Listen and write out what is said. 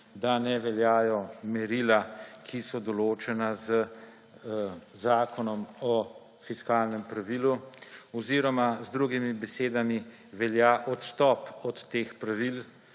da ne veljajo merila, ki so določena z Zakonom o fiskalnem pravilu oziroma z drugimi besedami velja odstop od teh pravil,